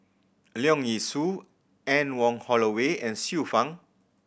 Leong Yee Soo Anne Wong Holloway and Xiu Fang